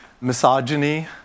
misogyny